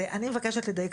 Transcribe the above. אני מבקשת לדייק.